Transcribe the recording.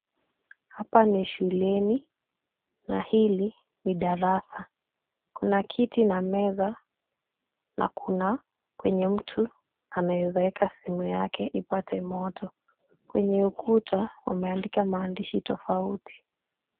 Hapa ni shuleni na hili ni darasa. Kuna kiti na meza na kuna kwenye mtu anaweza weka simu yake ipate moto. Kwenye ukuta wameandika maandishi tofauti.